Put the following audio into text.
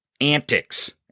antics